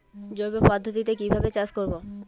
জৈব পদ্ধতিতে কিভাবে চাষ করব?